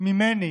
ממני